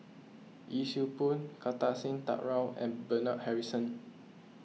Yee Siew Pun Kartar Singh Thakral and Bernard Harrison